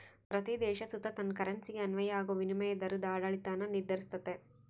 ಪ್ರತೀ ದೇಶ ಸುತ ತನ್ ಕರೆನ್ಸಿಗೆ ಅನ್ವಯ ಆಗೋ ವಿನಿಮಯ ದರುದ್ ಆಡಳಿತಾನ ನಿರ್ಧರಿಸ್ತತೆ